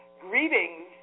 greetings